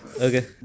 Okay